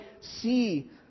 see